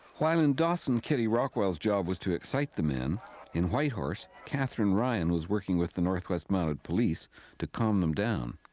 while in dawson, kitty rockwell's job was to excite the men in whitehorse, katherine ryan was working with the north west mounted police to calm them down.